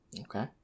Okay